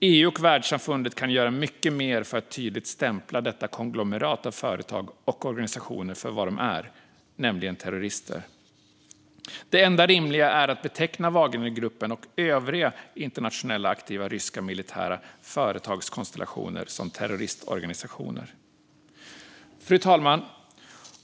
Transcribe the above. EU och världssamfundet kan göra mycket mer för att tydligt stämpla detta konglomerat av företag och organisationer för vad de är, nämligen terrorister. Det enda rimliga är att beteckna Wagnergruppen och övriga internationellt aktiva ryska militära företagskonstellationer som terroristorganisationer. Fru talman!